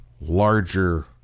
larger